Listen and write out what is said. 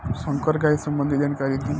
संकर गाय सबंधी जानकारी दी?